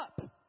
up